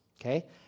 okay